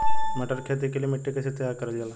मटर की खेती के लिए मिट्टी के कैसे तैयार करल जाला?